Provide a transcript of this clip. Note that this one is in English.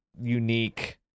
unique